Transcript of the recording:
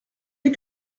est